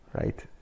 right